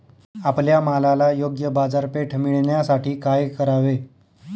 आपल्या मालाला योग्य बाजारपेठ मिळण्यासाठी काय करावे?